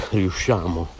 riusciamo